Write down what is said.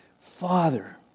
Father